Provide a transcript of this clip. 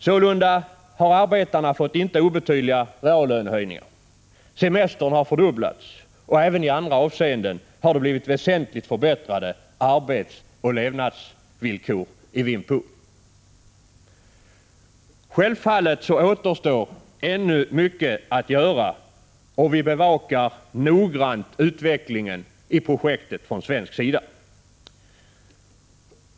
Sålunda har arbetarna fått inte obetydliga reallönehöjningar, semestern har fördubblats och även i andra avseenden har det blivit väsentligt förbättrade arbetsoch levnadsvillkor i Vinh Phu. Självfallet återstår ännu mycket att göra, och vi bevakar noggrant utvecklingen i projektet från svensk sida.